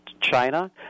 China